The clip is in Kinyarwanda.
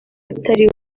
atari